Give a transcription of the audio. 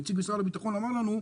ונציג משרד הביטחון אמר לנו,